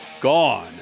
gone